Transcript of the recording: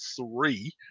three